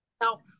No